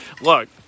Look